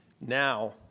Now